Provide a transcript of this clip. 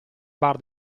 bar